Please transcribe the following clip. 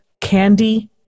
candy